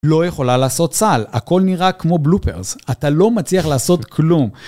לא יכולה לעשות סל, הכל נראה כמו בלופרס, אתה לא מצליח לעשות כלום.